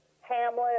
hamlet